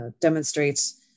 demonstrates